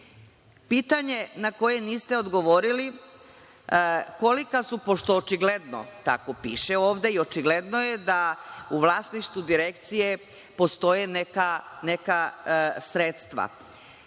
organa. Pitanje na koje niste odgovorili – kolika su, pošto očigledno tako piše ovde i očigledno je da u vlasništvu direkcije postoje neka sredstva,